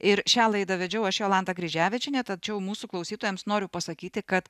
ir šią laidą vedžiau aš jolanta kryževičienė tačiau mūsų klausytojams noriu pasakyti kad